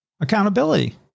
accountability